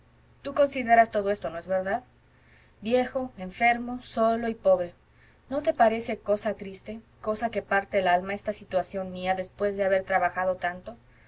tú consideras todo esto no es verdad viejo enfermo solo y pobre no te parece cosa triste cosa que parte el alma esta situación mía después de haber trabajado tanto